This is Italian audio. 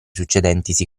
succedentisi